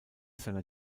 seiner